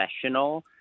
professional